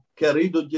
querido